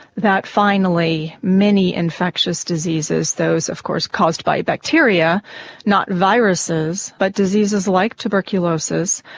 that finally many infectious diseases, those of course caused by bacteria not viruses but diseases like tuberculosis,